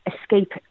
escape